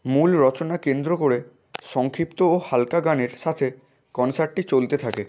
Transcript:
মূল রচনা কেন্দ্র করে সংক্ষিপ্ত ও হালকা গানের সাথে কনসার্টটি চলতে থাকে